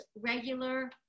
regular